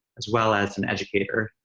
as well as an educator.